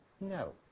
no